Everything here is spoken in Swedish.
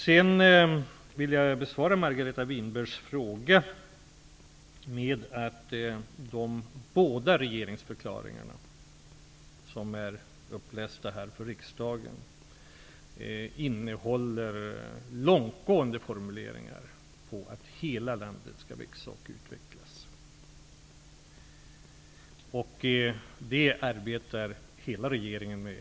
Jag vill besvara Margareta Winbergs fråga med att säga att de båda regeringsförklaringar som är upplästa för riksdagen innehåller långtgående formuleringar om att hela landet skall växa och utvecklas. Det arbetar hela regeringen med.